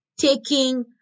taking